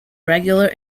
regular